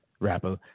rapper